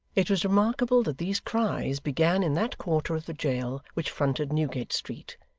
it was remarkable that these cries began in that quarter of the jail which fronted newgate street,